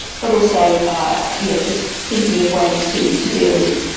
but also ah you know just thinking of ways to to deal with